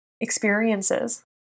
experiences